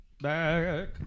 Back